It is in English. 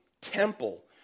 temple